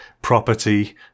property